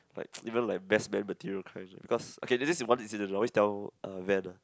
like even like best man material kind because okay this this is one incident always tell uh Van ah